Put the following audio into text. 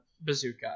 bazooka